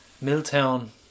Milltown